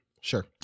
Sure